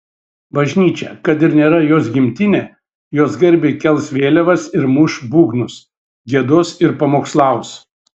bažnyčia kad ir nėra jos gimtinė jos garbei kels vėliavas ir muš būgnus giedos ir pamokslaus